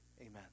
amen